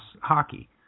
Hockey